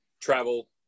travel